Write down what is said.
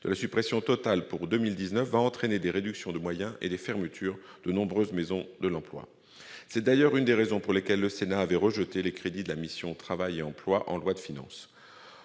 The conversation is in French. sa suppression totale pour 2019 va entraîner des réductions de moyens et des fermetures de nombreuses maisons de l'emploi. C'est d'ailleurs l'une des raisons pour lesquelles le Sénat avait rejeté les crédits de la mission « Travail et emploi » lors de l'examen